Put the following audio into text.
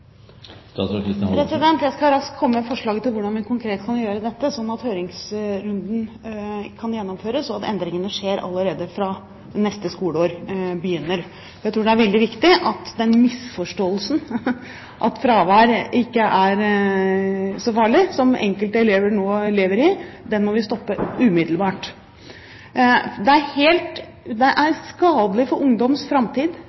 Jeg skal raskt komme med forslag til hvordan vi konkret kan gjøre dette, slik at høringsrunden kan gjennomføres, og slik at endringene skjer allerede fra neste skoleår begynner. Jeg tror det er veldig viktig at vi umiddelbart stopper den «misforståelsen» som enkelte elever nå lever i, at fravær ikke er så farlig. Det er skadelig for ungdoms framtid ikke å delta i undervisningen på skolen. De får dårlige karakterer av det,